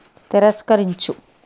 తిరస్కరించు